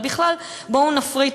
אבל בכלל: בואו נפריט.